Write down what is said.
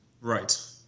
Right